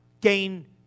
Gain